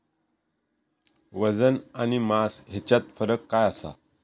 वजन आणि मास हेच्यात फरक काय आसा?